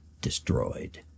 destroyed